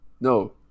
No